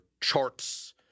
charts